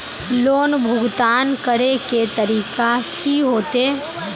Loan भुगतान करे के तरीका की होते?